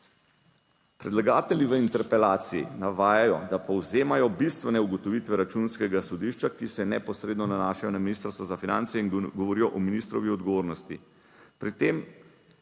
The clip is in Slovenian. Predlagatelji v interpelaciji navajajo, da povzemajo bistvene ugotovitve Računskega sodišča, ki se neposredno nanašajo na ministrstvo za finance in govorijo o ministrovi odgovornosti,